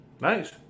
Nice